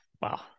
wow